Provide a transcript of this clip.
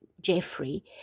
Jeffrey